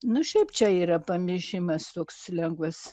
nu šiaip čia yra pamišimas toks lengvas